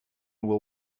will